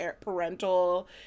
parental